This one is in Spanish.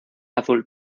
azul